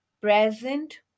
present